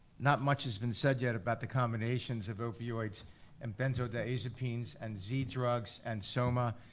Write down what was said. not much has been said yet about the combinations of opioids and benzodiazepines, and z-drugs, and soma,